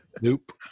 nope